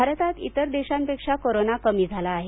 भारतात इतर देशापेक्ष कोरोना कमी झला आहे